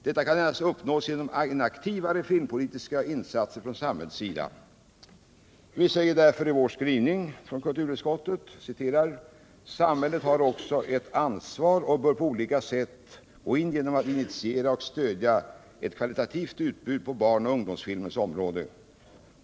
Detta kan endast uppnås genom aktivare filmpolitiska insatser från samhällets sida. Vi säger därför i vår avvikande mening i kulturutskottets betänkande: ”Samhället har också ett ansvar och bör på olika sätt gå in genom att initiera och stödja ett kvalitativt utbud på barnoch ungdomsfilmens område.